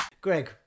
Greg